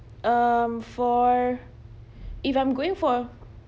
um for if I'm going for